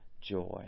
joy